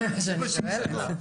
זה מה שאני שואלת.